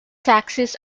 taxis